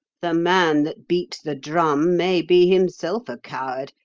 the man that beats the drum may be himself a coward.